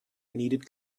needed